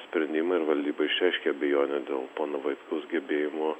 sprendimą ir valdyba išreiškė abejonių dėl pono vaitkaus gebėjimo